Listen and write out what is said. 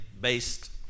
based